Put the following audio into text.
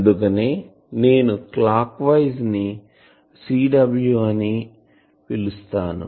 అందుకనే నేను clockwise CW ని అని పిలుస్తాను